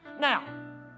Now